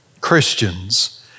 Christians